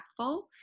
impactful